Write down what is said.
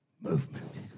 movement